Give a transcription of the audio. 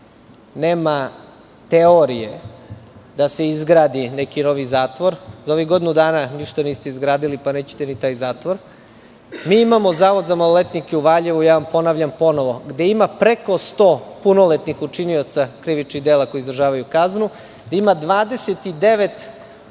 Nema teorije da se izgradi neki novi zatvor. Za ovih godinu dana ništa niste izgradili, pa nećete ni taj zatvor. Mi imamo Zavod za maloletnike u Valjevu, ponavljam vam ponovo, gde ima preko 100 punoletnih učinilaca krivičnih dela koji izdržavaju kaznu, gde ima 29